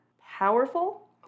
powerful